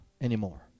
anymore